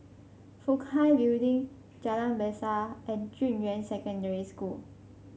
Fook Hai Building Jalan Besar and Junyuan Secondary School